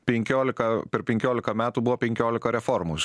penkiolika per penkioliką metų buvo penkiolika reformų